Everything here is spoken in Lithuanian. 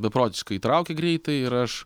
beprotiškai įtraukė greitai ir aš